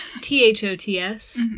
t-h-o-t-s